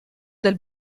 del